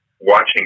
watching